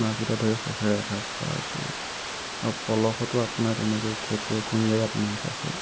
মাছকেইটা ধৰি সুখেৰে এসাঁজ খোৱা হৈছিলে আৰু পলহতো আপোনাৰ তেনেকৈয়ে খেপিয়াই কোন জেগাত মাছ আছে